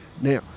Now